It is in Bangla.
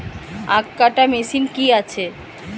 আখ কাটা মেশিন কি আছে?